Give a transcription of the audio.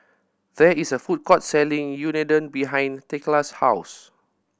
there is a food court selling Unadon behind Thekla's house